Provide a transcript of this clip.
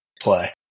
play